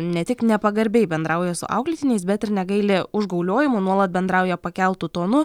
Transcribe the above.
ne tik nepagarbiai bendrauja su auklėtiniais bet ir negaili užgauliojimų nuolat bendrauja pakeltu tonu